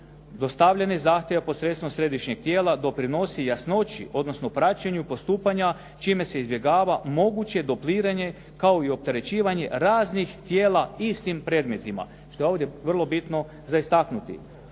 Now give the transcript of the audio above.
Dostavljeni zahtjevi posredstvom središnjeg tijela doprinosi jasnoći odnosno praćenju postupanja čime se izbjegava moguće dopliranje kao i opterećivanje raznih tijela istim predmetima što je ovdje vrlo bitno za istaknuti.